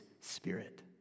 spirit